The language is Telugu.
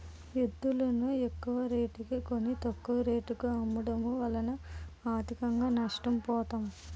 ఎద్దులును ఎక్కువరేటుకి కొని, తక్కువ రేటుకు అమ్మడము వలన ఆర్థికంగా నష్ట పోతాం